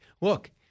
Look